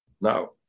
Now